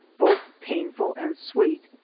both painful and sweet,